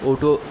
auto